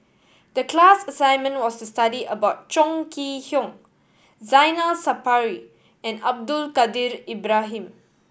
the class assignment was to study about Chong Kee Hiong Zainal Sapari and Abdul Kadir Ibrahim